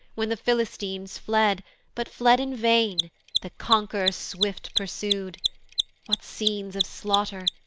when the philistines fled but fled in vain the conqu'ror swift pursu'd what scenes of slaughter!